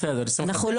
בסדר, לשמחתך, לא לשמחתי.